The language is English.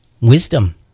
wisdom